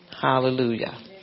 Hallelujah